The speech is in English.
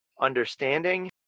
understanding